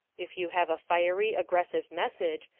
if you have a fiery, aggressive message,